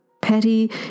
petty